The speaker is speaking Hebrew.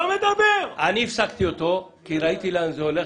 לא מדבר אני הפסקתי אותו כי ראיתי לאן זה הולך,